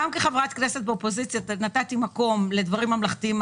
גם כחברת כנסת באופוזיציה נתתי מקום לדברים ממלכתיים,